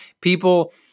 people